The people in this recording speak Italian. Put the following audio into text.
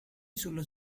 sullo